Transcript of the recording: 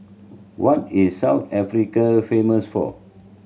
what is South Africa famous for